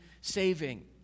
saving